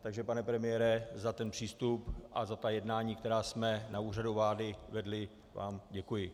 Takže pane premiére, za ten přístup a za ta jednání, která jsme na Úřadu vlády vedli, vám děkuji.